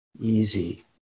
easy